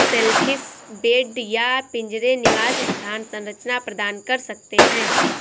shellfish bed या पिंजरे निवास स्थान संरचना प्रदान कर सकते हैं